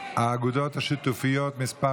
האגודות השיתופיות (מס'